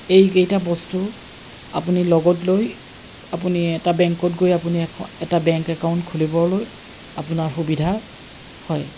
এইকেইটা বস্তু আপুনি লগত লৈ আপুনি এটা বেংকত গৈ আপুনি এখন এটা বেংক একাউণ্ট খুলিবলৈ আপোনাৰ সুবিধা হয়